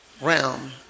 realm